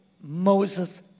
Moses